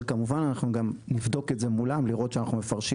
אבל כמובן אנחנו גם נבדוק את זה מולם לראות שאנחנו מפרשים